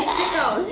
looks